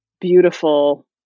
beautiful